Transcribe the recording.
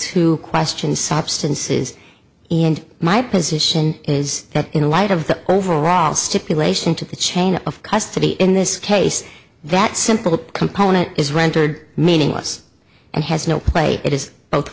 two questions substances and my position is that in light of the overall stipulation to the chain of custody in this case that simple component is rendered meaningless and has no place it is both